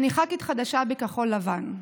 אני ח"כית חדשה בכחול לבן,